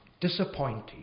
disappointed